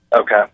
Okay